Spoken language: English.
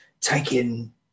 taking